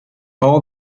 all